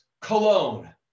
cologne